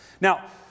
Now